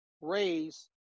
Raise